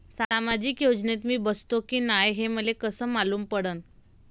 सामाजिक योजनेत मी बसतो की नाय हे मले कस मालूम पडन?